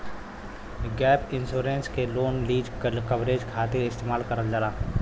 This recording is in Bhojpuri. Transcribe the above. गैप इंश्योरेंस के लोन लीज कवरेज खातिर इस्तेमाल करल जाला